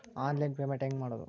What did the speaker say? Online payment ಹೆಂಗ್ ಮಾಡೋದು?